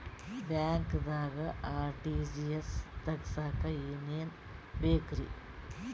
ಬ್ಯಾಂಕ್ದಾಗ ಆರ್.ಟಿ.ಜಿ.ಎಸ್ ತಗ್ಸಾಕ್ ಏನೇನ್ ಬೇಕ್ರಿ?